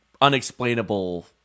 unexplainable